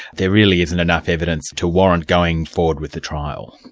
there really isn't enough evidence to warrant going forward with the trial?